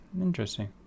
Interesting